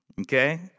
okay